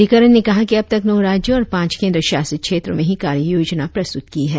अधिकरण ने कहा कि अब तक नौ राज्यों और पांच केंद्र शासित क्षेत्रों में ही कार्य योजना प्रस्तुत की है